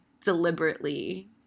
deliberately